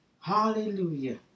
Hallelujah